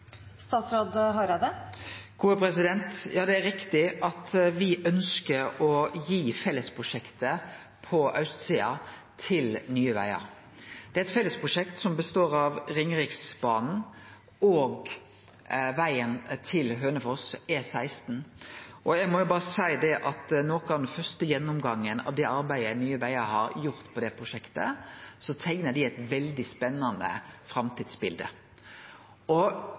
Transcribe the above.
Ja, det er rett at me ønskjer å gi fellesprosjektet på austsida til Nye Vegar. Det er eit fellesprosjekt som består av Ringeriksbanen og vegen til Hønefoss, E16. Eg må berre seie at i noko av den første gjennomgangen av det arbeidet Nye Vegar har gjort på det prosjektet, så teiknar dei eit veldig spennande framtidsbilde.